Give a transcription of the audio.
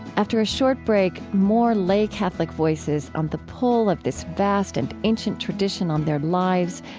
after a short break, more lay catholic voices on the pull of this vast and ancient tradition on their lives,